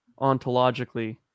ontologically